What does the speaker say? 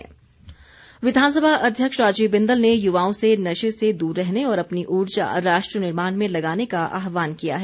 football विधानसभा अध्यक्ष राजीव बिंदल ने युवाओं से नशे से दूर रहने और अपनी ऊर्जा राष्ट्र निर्माण में लगाने का आहवान किया है